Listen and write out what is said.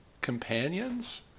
companions